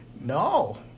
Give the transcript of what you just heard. No